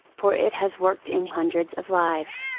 for it has worked in hundreds of lives.